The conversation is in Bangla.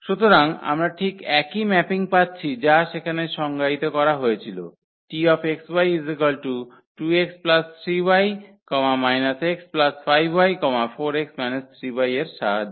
সুতরাং আমরা ঠিক একই ম্যাপিং পাচ্ছি যা সেখানে সংজ্ঞায়িত করা হয়েছিল 𝑇xy2x3y x5y 4x 3y এর সাহায্যে